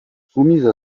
soumise